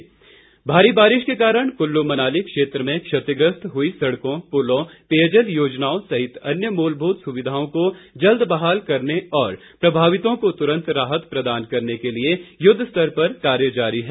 गोविंद सिंह भारी बारिश के कारण कुल्लू मनाली क्षेत्र में क्षतिग्रस्त हुई सड़कों पुलों पेयजल योजनाओं सहित अन्य मूलभूत सुविधाओं को जल्द बहाल करने और प्रभावितों को तुरंत राहत प्रदान करने के लिए युद्ध स्तर पर कार्य जारी है